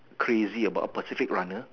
crazy about a pacific runner